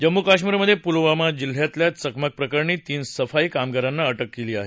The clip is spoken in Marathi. जम्मू कश्मीरमधे पुलवामा जिल्ह्यातल्या चकमक प्रकरणी तीन सफाई कामगारांना अटक झाली आहे